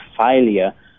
failure